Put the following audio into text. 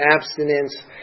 abstinence